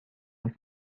and